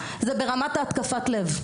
זה ברמת התקפת לב.